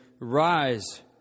Rise